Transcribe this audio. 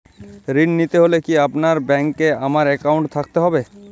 ঋণ নিতে হলে কি আপনার ব্যাংক এ আমার অ্যাকাউন্ট থাকতে হবে?